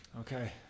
Okay